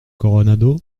coronado